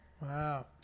Wow